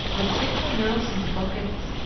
would stick her nose into bouquets,